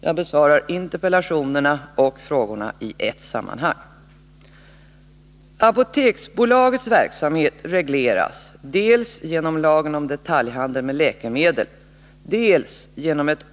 Jag besvarar interpellationerna och frågorna i ett sammanhang.